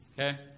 okay